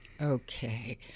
Okay